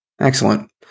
Excellent